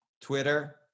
Twitter